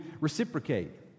reciprocate